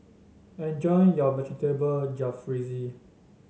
enjoy your Vegetable Jalfrezi